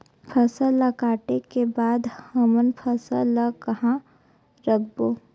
फसल ला काटे के बाद हमन फसल ल कहां रखबो?